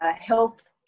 health